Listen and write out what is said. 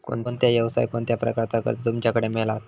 कोणत्या यवसाय कोणत्या प्रकारचा कर्ज तुमच्याकडे मेलता?